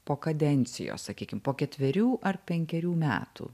po kadencijos sakykim po ketverių ar penkerių metų